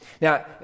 Now